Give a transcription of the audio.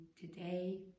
today